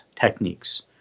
techniques